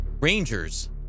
Rangers